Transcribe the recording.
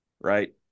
Right